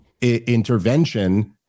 intervention